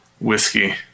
whiskey